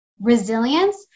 Resilience